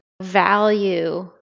value